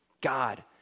God